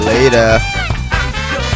Later